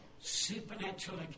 supernatural